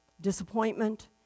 disappointment